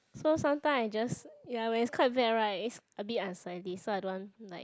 so sometime I just ya when it's quite bad right it's a bit unsightly so I don't want like